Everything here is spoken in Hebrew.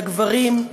לגברים,